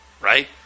Right